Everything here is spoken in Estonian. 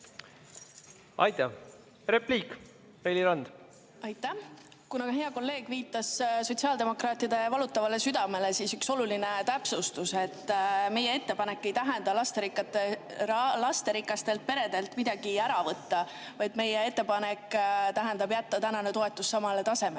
Aitäh! Repliik, Reili Rand. Aitäh! Kuna hea kolleeg viitas Sotsiaaldemokraatide valutavale südamele, siis üks oluline täpsustus: meie ettepanek ei tähenda, et lasterikastelt peredelt midagi ära võtta, vaid meie ettepanek tähendab jätta tänane toetus samale tasemele.